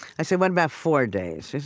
i said, what about four days?